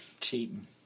Cheating